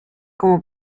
como